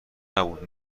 نبود